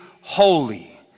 holy